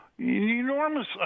enormous